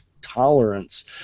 tolerance